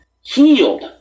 healed